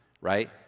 right